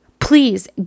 Please